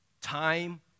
Time